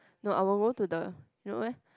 not I will go to the